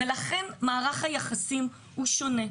ולכן מערך היחסים הוא שונה.